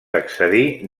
accedir